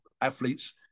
athletes